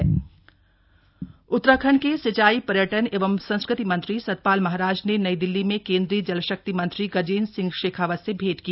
महाराज और शेखावत उत्तराखंड के सिंचाई पर्यटन एवं संस्कृति मंत्री सतपाल महाराज ने नई दिल्ली में केन्द्रीय जल शक्ति मंत्री गजेन्द्र सिंह शेखावत से भैंट की